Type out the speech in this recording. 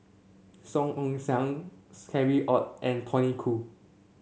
Song Ong Siang Harry Ord and Tony Khoo